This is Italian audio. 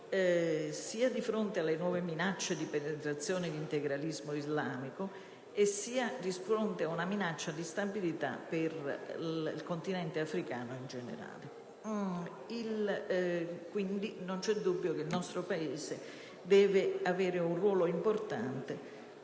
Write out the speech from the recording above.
sia di fronte alle nuove minacce di penetrazione di integralismo islamico, sia di fronte a una minaccia di instabilità per il continente africano in generale. Non c'è dubbio che il nostro Paese deve avere un ruolo importante,